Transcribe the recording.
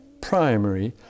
primary